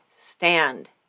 stand